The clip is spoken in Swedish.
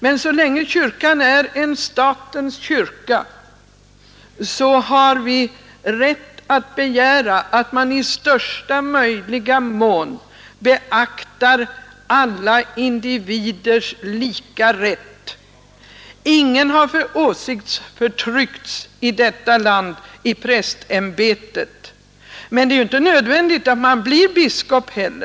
Men så länge kyrkan är en statens kyrka har vi rätt att begära att man i största möjliga mån beaktar alla individers lika rätt. Ingen har utsatts för åsiktsförtryck i detta land i prästämbetet. Men det är inte heller nödvändigt att man blir biskop.